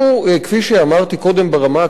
כפי שאמרתי קודם ברמה הכללית,